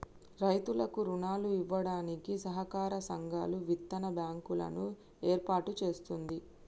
రైతులకు రుణాలు ఇవ్వడానికి సహకార సంఘాలు, విత్తన బ్యాంకు లను ఏర్పాటు చేస్తుంది